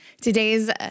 Today's